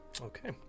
Okay